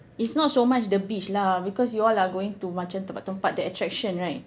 it's not so much the beach lah because you all are going to macam tempat tempat the attraction right